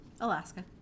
Alaska